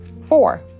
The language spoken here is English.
four